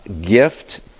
gift